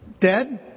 dead